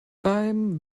beim